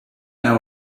know